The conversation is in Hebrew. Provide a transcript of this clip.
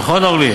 נכון, אורלי?